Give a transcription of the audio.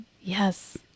Yes